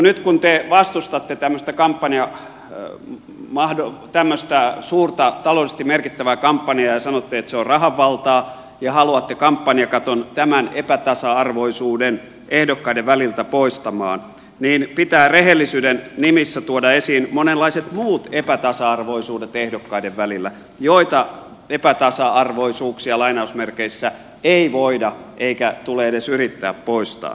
nyt kun te vastustatte tämmöistä suurta ta loudellisesti merkittävää kampanjaa ja sanotte että se on rahan valtaa ja haluatte kampanjakaton tämän epätasa arvoisuuden ehdokkaiden väliltä poistamaan niin pitää rehellisyyden nimissä tuoda esiin monenlaiset muut epätasa arvoisuudet ehdokkaiden välillä ja näitä epätasa arvoisuuksia ei voida eikä tule edes yrittää poistaa